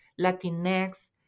Latinx